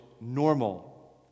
normal